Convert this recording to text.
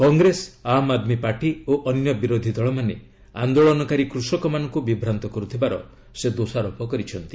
Congress Aam Aadmi Party ଓ ଅନ୍ୟ ବିରୋଧୀ ଦଳମାନେ ଆନ୍ଦୋଳନକାରୀ କୃଷକମାନଙ୍କୁ ବିଭ୍ରାନ୍ତ କରୁଥିବାର ସେ ଦୋଷାରୋପ କରିଛନ୍ତି